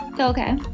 Okay